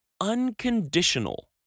unconditional